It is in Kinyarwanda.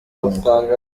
ngo